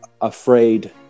afraid